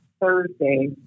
Thursday